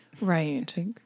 Right